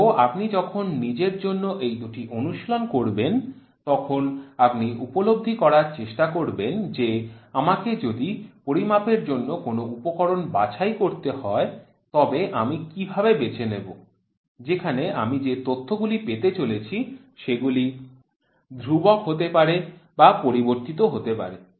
তো আপনি যখন নিজের জন্য এই দুটি অনুশীলন করবেন তখন আপনি উপলব্ধি করার চেষ্টা করবেন যে আমাকে যদি পরিমাপের জন্য কোনও উপকরণ বাছাই করতে হয় তবে আমি কীভাবে বেছে নেব যেখানে আমি যে তথ্যগুলি পেতে চলেছি সেগুলো ধ্রুবক হতে পারে বা পরিবর্তিত হতে পারে